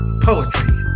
Poetry